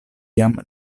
jam